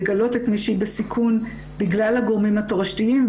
לגלות את מי שהיא בסיכון בגלל הגורמים התורשתיים,